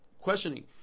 questioning